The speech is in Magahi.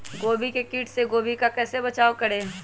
गोभी के किट से गोभी का कैसे बचाव करें?